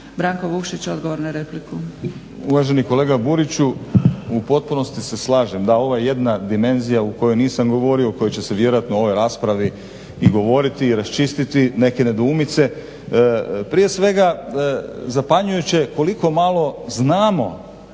laburisti - Stranka rada)** Uvaženi kolega Buriću u potpunosti se slažem da je ovo jedna dimenzija u kojoj nisam govorio, o kojoj će se vjerojatno u ovoj raspravi i govoriti i raščistiti neke nedoumice. Prije svega zapanjujuće je koliko malo znamo